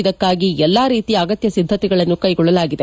ಇದಕ್ಕಾಗಿ ಎಲ್ಲಾ ರೀತಿಯ ಅಗತ್ಯ ಸಿದ್ದತೆಗಳನ್ನು ಕೈಗೊಳ್ಳಲಾಗಿದೆ